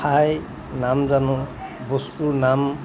ঠাই নাম জানো বস্তুৰ নাম